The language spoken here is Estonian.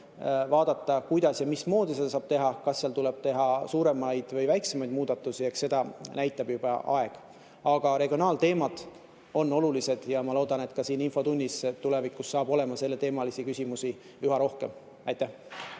vaadata, kuidas ja mismoodi seda saab teha. Kas tuleb teha suuremaid või väiksemaid muudatusi? Eks seda näitab aeg. Aga regionaalteemad on olulised ja ma loodan, et ka siin infotunnis saab tulevikus olema selleteemalisi küsimusi üha rohkem. Aitäh,